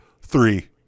three